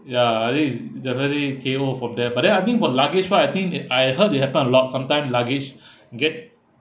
ya I think is they are very K_O from there but then I think for the luggage wise I think th~ I heard it happened a lot sometime luggage get